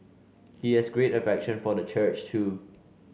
he has great affection for the church too